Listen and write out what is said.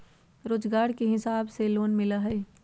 रोजगार के हिसाब से लोन मिलहई?